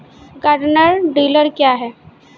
Garden tiller क्या हैं?